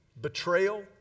betrayal